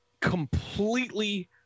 completely